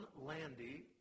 Landy